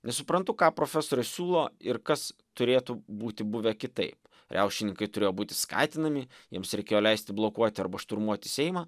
nesuprantu ką profesorė siūlo ir kas turėtų būti buvę kitaip riaušininkai turėjo būti skatinami jiems reikėjo leisti blokuoti arba šturmuoti seimą